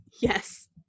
Yes